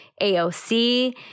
AOC